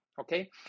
okay